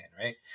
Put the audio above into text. Right